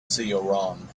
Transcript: cairum